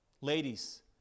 Ladies